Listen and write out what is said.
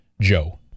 Joe